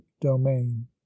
domain